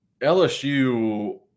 LSU